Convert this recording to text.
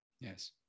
yes